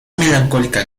melancólica